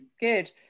good